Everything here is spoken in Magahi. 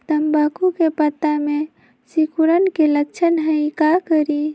तम्बाकू के पत्ता में सिकुड़न के लक्षण हई का करी?